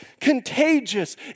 contagious